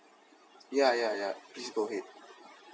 yeah yeah yeah please go ahead